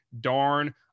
darn